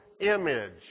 image